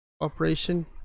operation